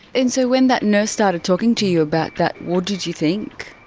and so when that nurse started talking to you about that, what did you think?